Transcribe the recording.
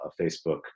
Facebook